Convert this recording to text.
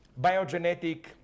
biogenetic